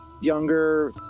Younger